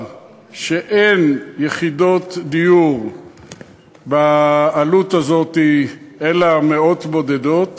שאין יחידות דיור בעלות הזאת אלא מאות בודדות.